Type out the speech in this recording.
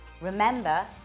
Remember